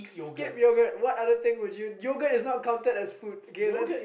skip yogurt what other thing would you yogurt is not counted as food okay let's